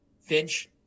Finch